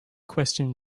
question